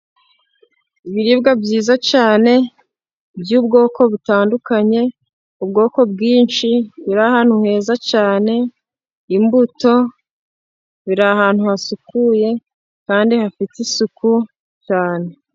Ibiribwa byiza cyane by'ubwoko butandukanye, ubwoko bwinshi buri ahantu heza cyane. Imbuto ziri ahantu hasukuye kandi hafite isuku cyane.